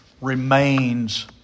remains